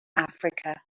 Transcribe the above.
africa